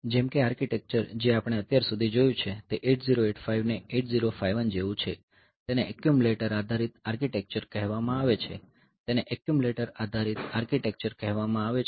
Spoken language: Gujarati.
જેમ કે આર્કિટેક્ચર જે આપણે અત્યાર સુધી જોયું છે તે 8085 ને 8051 જેવું છે તેને એક્યુમ્યુલેટર આધારિત આર્કિટેક્ચર કહેવામાં આવે છે તેને એક્યુમ્યુલેટર આધારિત આર્કિટેક્ચર કહેવામાં આવે છે